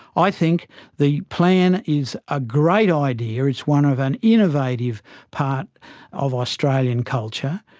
i think the plan is a great idea, it's one of an innovative part of australian culture.